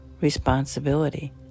responsibility